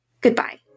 goodbye